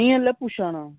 नेई इसले पुच्छना